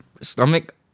stomach